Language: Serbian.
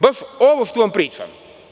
Baš ovo što vam pričam.